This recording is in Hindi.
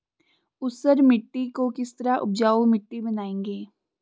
ऊसर मिट्टी को किस तरह उपजाऊ मिट्टी बनाएंगे?